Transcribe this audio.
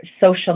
social